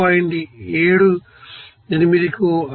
78 కు r 1